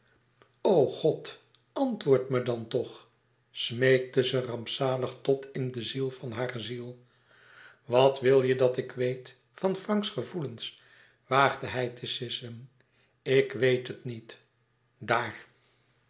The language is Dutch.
o god antwoord me dan toch smeekte ze rampzalig tot in de ziel van hare ziel wat wil je dat ik weet van franks gevoelens waagde hij te sissen ik weet het niet daar